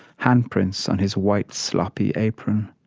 handprints on his white, sloppy apron.